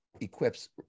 equips